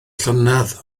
llynedd